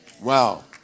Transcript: Wow